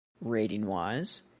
rating-wise